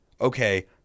okay